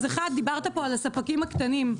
דיברת פה על הספקים הקטנים.